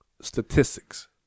statistics